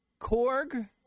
Korg